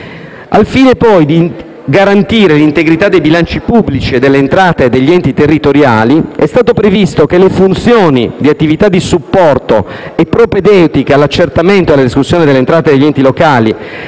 Al fine poi di garantire l'integrità dei bilanci pubblici e delle entrate degli enti territoriali, è stato previsto che le funzioni e le attività di supporto e propedeutiche all'accertamento e alla riscossione delle entrate degli enti locali